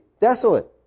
desolate